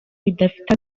bidafite